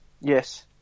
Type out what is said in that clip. Yes